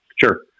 Sure